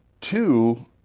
two